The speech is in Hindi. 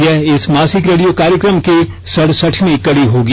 यह इस मासिक रेडियो कार्यक्रम की सरसठवीं कड़ी होगी